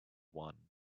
one